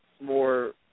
more